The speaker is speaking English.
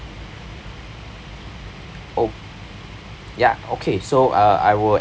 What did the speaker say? oh ya okay so uh I will